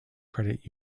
credit